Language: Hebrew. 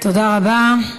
תודה רבה.